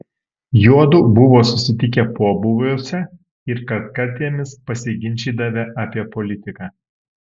juodu buvo susitikę pobūviuose ir kartkartėmis pasiginčydavę apie politiką